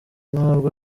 ntabwo